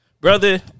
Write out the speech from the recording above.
Brother